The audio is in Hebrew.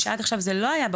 שעד עכשיו זה לא היה,